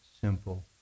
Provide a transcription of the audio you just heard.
simple